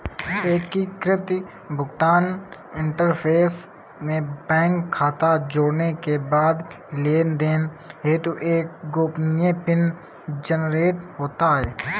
एकीकृत भुगतान इंटरफ़ेस में बैंक खाता जोड़ने के बाद लेनदेन हेतु एक गोपनीय पिन जनरेट होता है